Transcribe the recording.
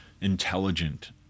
intelligent